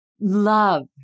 love